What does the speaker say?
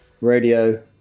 radio